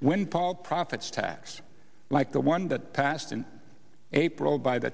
windfall profits tax like the one that passed in april by the